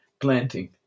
planting